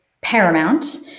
paramount